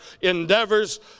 endeavors